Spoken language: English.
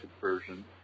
version